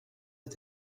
est